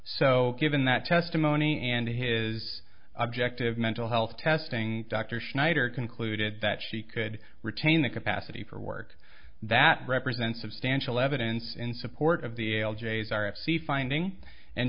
so given that testimony and his objective mental health testing dr schneider concluded that she could retain the capacity for work that represents substantial evidence in support of the al j's r f c finding and